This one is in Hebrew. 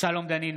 שלום דנינו,